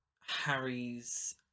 Harry's